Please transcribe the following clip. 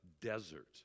desert